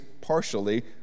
partially